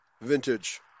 Vintage